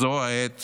זו העת